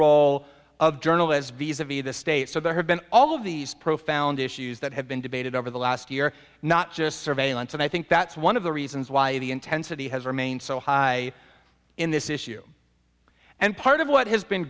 role of journalist visa v the state so there have been all of these profound issues that have been debated over the last year not just surveillance and i think that's one of the reasons why the intensity has remained so high in this issue and part of what has been